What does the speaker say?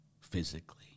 physically